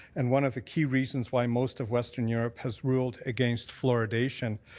and one of the key reasons why most of western europe has ruled against fluoridation.